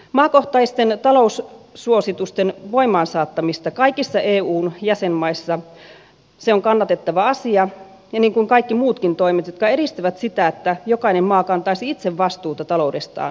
maakohtaisten taloussuositusten saattaminen voimaan kaikissa eun jäsenmaissa on kannatettava asia niin kuin kaikki muutkin toimet jotka edistävät sitä että jokainen maa kantaisi itse vastuuta taloudestaan tulevaisuudessa